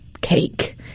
cake